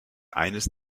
eines